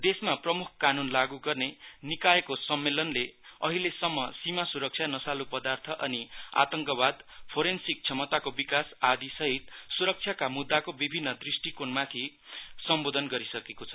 देशमा प्रमुख कानून लागू गर्ने निकायको सम्मेलनले अहिलेसम्म सीमा सुरक्षा नसालु पदार्थ अनि आतङकवाद फरेन्सिक क्षमताको विकास आदि सहित सुरक्षाका मुदाको विभिन्न दृष्टिकोणमाथि सम्बोधन गरिसकेको छ